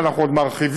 ואנחנו עוד מרחיבים,